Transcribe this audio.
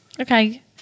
Okay